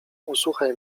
usłuchaj